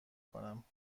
کنم